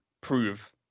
prove